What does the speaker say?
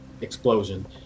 explosion